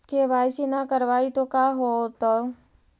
KYC न करवाई तो का हाओतै?